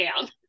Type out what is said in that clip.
down